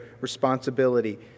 responsibility